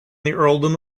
earldom